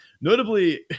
Notably